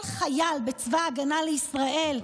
כל חייל בצבא ההגנה לישראל,